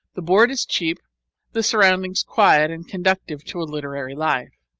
the board is cheap the surroundings quiet and conducive to a literary life.